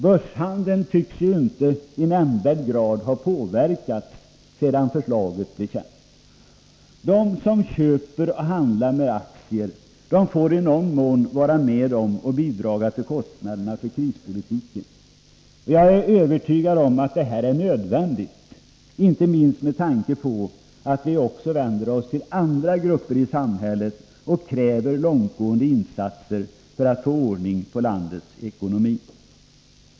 Börshandeln tycks inte i nämnvärd grad ha påverkats sedan förslaget blivit känt. De som köper och handlar med aktier får i någon mån vara med om att bidraga till kostnaderna för krispolitiken. Jag är övertygad om att det här är nödvändigt. Vi vänder oss nu till flera grupper i samhället och kräver långtgående insatser för att få ordning på landets ekonomi.